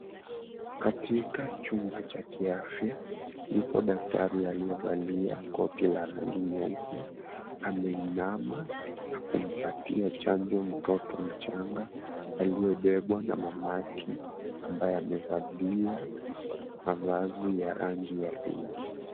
Katika chumba cha kiafya yupo daktari aliyevalia koti la rangi nyeupe ameinama kumpatia chanjo mtoto mchanga aliyebebwa na mamake ambaye amevalia mavazi ya rangi ya pinki.